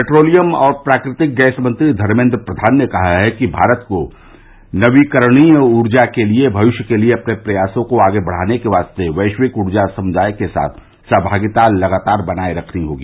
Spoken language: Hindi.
पेट्रोलियम और प्राकृतिक गैस मंत्री धर्मेन्द्र प्रधान ने कहा है कि भारत को नवीकरणीय ऊर्जा के भविष्य के लिए अपने प्रयासों को आगे बढ़ाने के वास्ते वैश्विक ऊर्जा समुदाय के साथ सहभागिता लगातार बनाये रखनी होगी